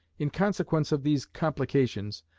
in consequence of these complications,